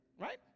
right